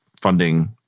funding